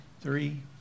three